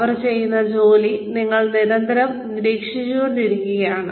അവർ ചെയ്യുന്ന ജോലി നിങ്ങൾ നിരന്തരം നിരീക്ഷിച്ചുകൊണ്ടിരിക്കുകയാണ്